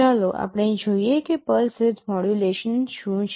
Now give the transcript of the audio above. ચાલો આપણે જોઈએ કે પલ્સ વિડ્થ મોડ્યુલેશન શું છે